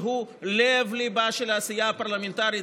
שהוא לב-ליבה של העשייה הפרלמנטרית,